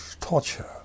torture